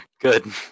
Good